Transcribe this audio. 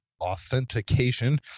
authentication